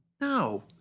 No